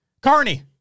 Carney